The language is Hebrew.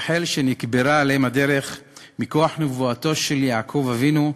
רחל שנקברה על אם הדרך מכוח נבואתו של יעקב אבינו,